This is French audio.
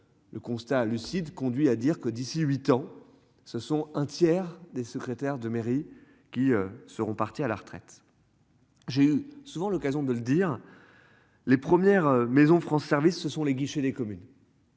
Le constat lucide conduit à dire que d'ici huit ans. Ce sont un tiers des secrétaires de mairie qui seront partis à la retraite. J'ai eu souvent l'occasion de le dire. Les premières maisons France service ce sont les guichets des communes.